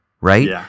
right